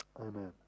Amen